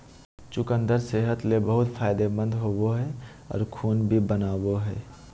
चुकंदर सेहत ले बहुत फायदेमंद होवो हय आर खून भी बनावय हय